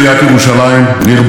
שגרירים,